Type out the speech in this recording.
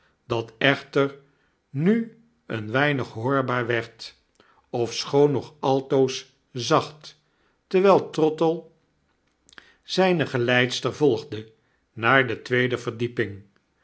dat echter nu een weinig hoorbaarder werd ofschoon nog altoos zaeht terwjjl trottle zijne geleidster volgde naar de tweede verdieping